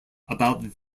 about